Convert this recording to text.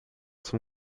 zum